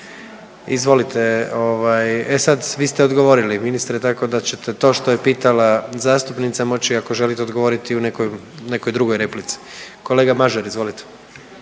Izvolite ovaj, e sad vi ste odgovorili ministre tako da ćete to što je pitala zastupnica moći ako želite odgovoriti u nekoj, nekoj drugoj replici. Kolega Mažar, izvolite.